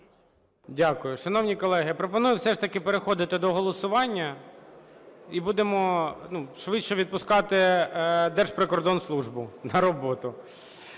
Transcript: Дякую. Шановні колеги, пропоную все ж таки переходити до голосування і будемо швидше відпускати Держприкордонслужбу на роботу.